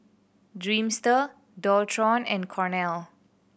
Dreamster Dualtron and Cornell